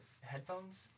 headphones